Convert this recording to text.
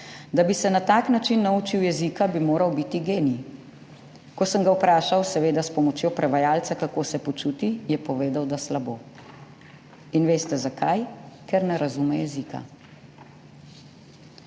Da bi se na tak način naučil jezika, bi moral biti genij. Ko sem ga vprašal, seveda s pomočjo prevajalca, kako se počuti, je povedal, da slabo. In veste zakaj? Ker ne razume jezika.«